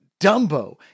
Dumbo